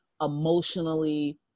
emotionally